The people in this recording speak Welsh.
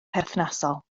perthnasol